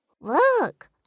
Look